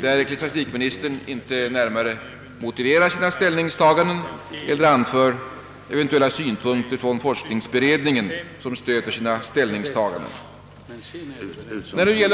där ecklesiastikministern inte har närmare motiverat sina ställningstaganden eller anfört eventuella synpunkter från forskningsberedningen som stöd för sina ställningstaganden.